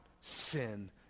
sin